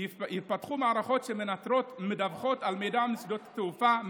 יפתחו מערכות שמנטרות ומדווחות על מידע משדות תעופה,